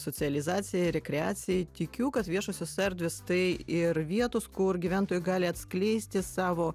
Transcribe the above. socializacijai rekreacijai tikiu kad viešosios erdvės tai ir vietos kur gyventojai gali atskleisti savo